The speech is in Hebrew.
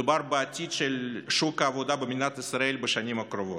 מדובר בעתיד של שוק העבודה במדינת ישראל בשנים הקרובות,